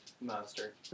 monster